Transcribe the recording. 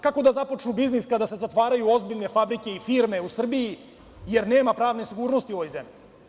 Kako da započnu biznis kada se zatvaraju ozbiljne fabrike i firme u Srbiji, jer nema pravne sigurnosti u ovoj zemlji?